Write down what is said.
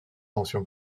mention